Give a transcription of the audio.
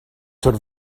sort